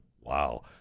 Wow